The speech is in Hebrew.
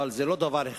אבל זה לא דבר הכרחי.